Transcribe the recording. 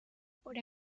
por